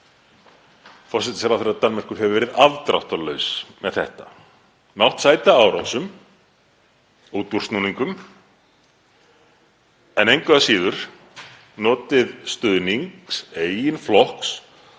Forsætisráðherra Danmerkur hefur verið afdráttarlaus með þetta, mátt sæta árásum, útúrsnúningum, en engu að síður notið stuðnings eigin flokks